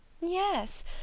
Yes